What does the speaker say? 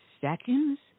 seconds